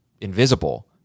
invisible